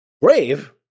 brave